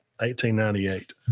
1898